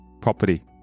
property